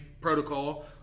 protocol